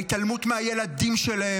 ההתעלמות מהילדים שלהם,